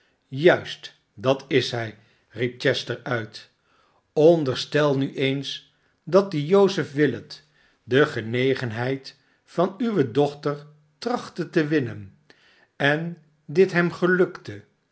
tjuist dat is hij riep chester uit onderstel nu eens dat die joseph willet de genegenheid van uwe dochter trachtte te winnen en dit hem gelukte